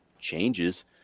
changes